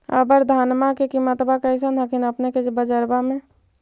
अबर धानमा के किमत्बा कैसन हखिन अपने के बजरबा में?